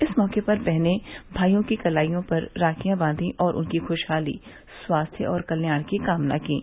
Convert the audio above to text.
इस मौके पर बहने भाईयों की कलाई पर राखियां बांधी और उनकी खुराहाली स्वास्थ्य और कल्याण की कामना कीं